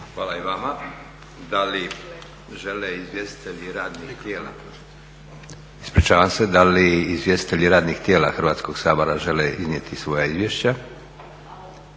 Hvala i vama. Da li žele izvjestitelji radnih tijela Hrvatskog sabora žele iznijeti svoja izvješća?